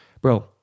Bro